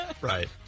Right